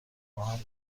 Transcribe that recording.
باهم